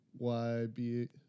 YB